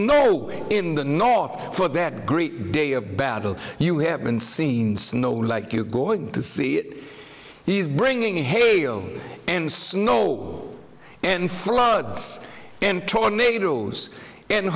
snow in the north for that great day of battle you haven't seen snow like you're going to see he's bringing hay oh and snow and floods and tornadoes and